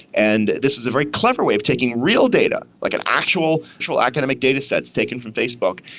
and this is a very clever way of taking real data, like and actual actual academic datasets taken from facebook,